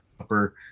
upper